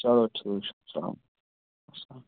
چَلو ٹھیٖک چھُ اسلام علیکُم